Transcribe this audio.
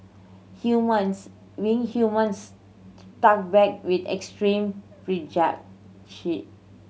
humans being humans struck back with extreme